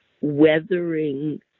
weathering